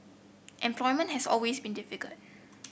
employment has always been difficult